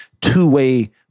two-way